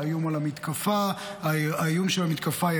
האיום של המתקפה האיראנית,